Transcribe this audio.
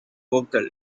vocal